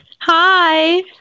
Hi